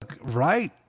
right